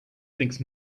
thinks